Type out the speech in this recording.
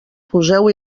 poseu